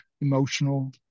emotional